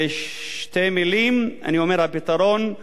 אני אומר: הפתרון הוא פשוט שינוי דיסק,